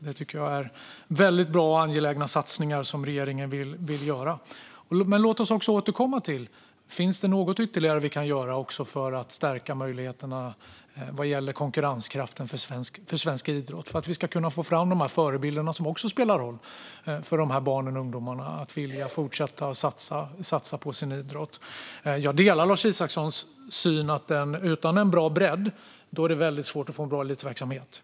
Jag tycker att det är bra och angelägna satsningar som regeringen vill göra. Låt oss återkomma till om det finns något ytterligare vi kan göra för att stärka möjligheterna vad gäller konkurrenskraften för svensk idrott så att vi kan få fram de förebilder som spelar roll för att barnen och ungdomarna ska vilja fortsätta att satsa på sin idrott. Jag delar Lars Isacssons syn att det utan en bra bredd är väldigt svårt att få en god elitverksamhet.